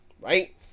right